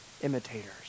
imitators